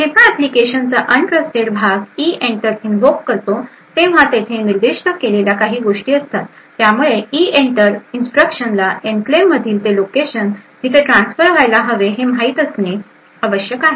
जेव्हा एप्लिकेशनचा अनट्रस्टेड भाग इइंटर इनव्होक करतो तेव्हा तेथे निर्दिष्ट केलेल्या काही गोष्टी असतात त्यामुळे इइंटर इन्स्ट्रक्शन ला एनक्लेव्हमधील ते लोकेशन जिथे ट्रान्स्फर व्हायला हवे हे माहीत असणे आवश्यक आहे